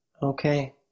okay